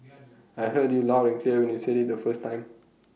I heard you loud and clear when you said IT the first time